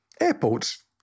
Airports